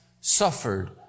suffered